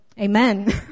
Amen